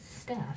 staff